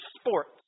sports